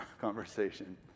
conversation